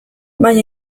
baina